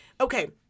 okay